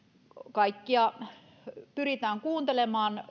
kaikkia toiveita pyritään kuuntelemaan